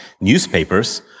newspapers